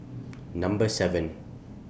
Number seven